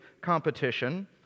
competition